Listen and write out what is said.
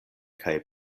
kaj